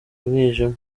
mwijima